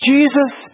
Jesus